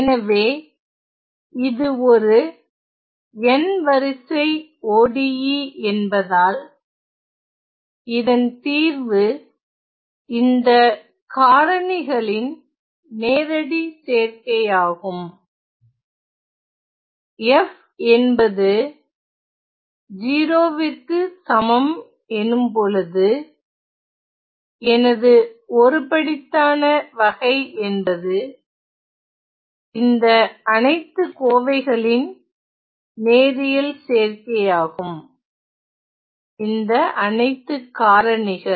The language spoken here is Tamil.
எனவே இது ஒரு n வரிசை ODE என்பதால் இதன் தீர்வு இந்த காரணிகளின் நேரடி சேர்க்கையாகும் f என்பது 0 விற்கு சமம் எனும் பொழுது எனது ஒருபடித்தான வகை என்பது இந்த அனைத்து கோவைகளின் நேரியல் சேர்க்கையாகும் இந்த அனைத்து காரணிகள்